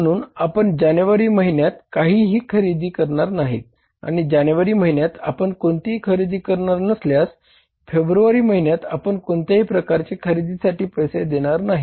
म्हणून आपण जानेवारी महिन्यात काहीही खरेदी करणार नाही आणि जानेवारी महिन्यात आपण कोणतीही खरेदी करणार नसल्यास फेब्रुवारी महिन्यात आपण कोणत्याही प्रकारच्या खरेदीसाठी पैसे देणार नाही